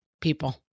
people